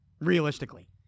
realistically